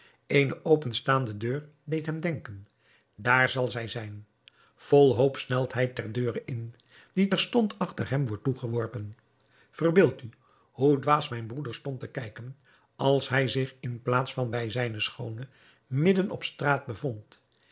eene openstaande deur deed hem denken daar zal zij zijn vol hoop snelt hij ter deure in die terstond achter hem wordt toegeworpen verbeeld u hoe dwaas mijn broeder stond te kijken als hij zich in plaats van bij zijne schoone midden op straat bevond